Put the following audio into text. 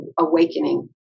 awakening